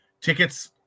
tickets